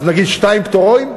ונגיד ששתיים פטורות,